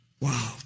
Wow